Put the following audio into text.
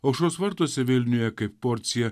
aušros vartuose vilniuje kaip porcija